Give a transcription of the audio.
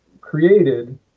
created